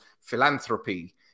philanthropy